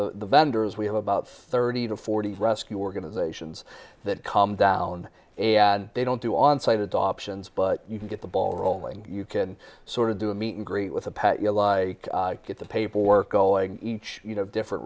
of the vendors we have about thirty to forty rescue organizations that come down and they don't do on site adoptions but you can get the ball rolling you can sort of do a meet and greet with a pet you lie get the paperwork going you know different